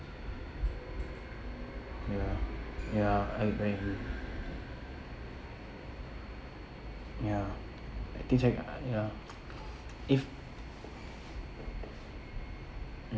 ya ya I be very angry ya at things like ya if